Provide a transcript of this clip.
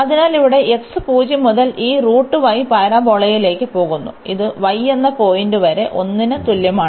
അതിനാൽ ഇവിടെ x 0 മുതൽ ഈപരാബോളയിലേക്ക് പോകുന്നു ഇത് y എന്ന പോയിന്റ് വരെ 1 ന് തുല്യമാണ്